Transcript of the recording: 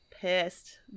pissed